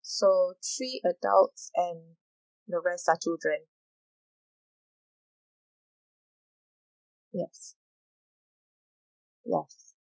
so three adults and you know some children yes yes